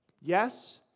Yes